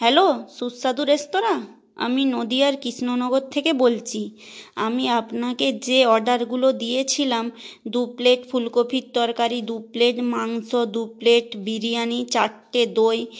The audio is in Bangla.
হ্যালো সুস্বাদু রেস্তোরাঁ আমি নদীয়ার কিষ্ণনগর থেকে বলছি আমি আপনাকে যে অর্ডারগুলো দিয়েছিলাম দু প্লেট ফুলকপির তরকারি দু প্লেট মাংস দু প্লেট বিরিয়ানি চারটে দই